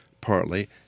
partly